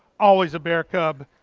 always a bear cub,